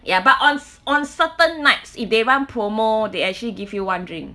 ya but on on certain nights if they run promotion they actually give you one drink